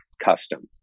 Custom